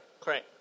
Correct